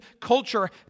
culture